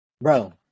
Bro